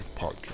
podcast